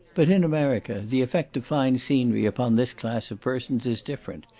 but in america the effect of fine scenery upon this class of persons is different,